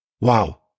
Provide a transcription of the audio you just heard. Wow